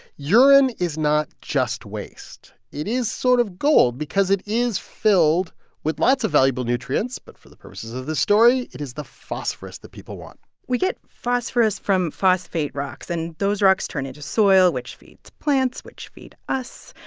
urine is not just waste. it is sort of gold because it is filled with lots of valuable nutrients. but for the purposes of the story, it is the phosphorus that people want we get phosphorus from phosphate rocks. and those rocks turn into soil, which feeds the plants, which feed us.